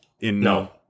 no